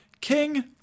king